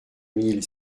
mille